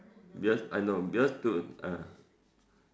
yes I know because to ah